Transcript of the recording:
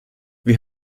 wir